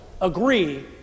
agree